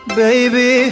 baby